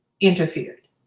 interfered